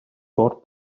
for